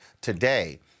today